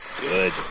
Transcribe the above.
good